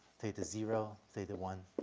theta zero, theta one,